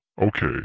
Okay